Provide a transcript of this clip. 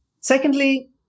Secondly